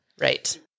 Right